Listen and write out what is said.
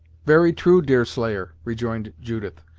very true, deerslayer, rejoined judith,